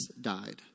died